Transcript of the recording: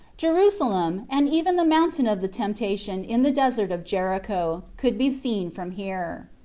jerusalem, and even the mountain of the temptation in the desert of jericho could be seen from here.